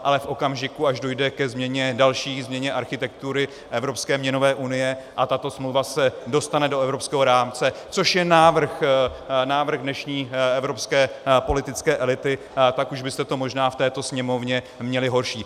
Ale v okamžiku, až dojde k další změně architektury evropské měnové unie, a tato smlouva se dostane do evropského rámce, což je návrh dnešní evropské politické elity, tak už byste to možná v této Sněmovně měli horší.